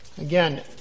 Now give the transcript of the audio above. Again